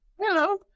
hello